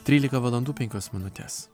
trylika valandų penkios minutės